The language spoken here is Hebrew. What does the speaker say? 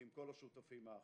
ועם כל השותפים האחרים.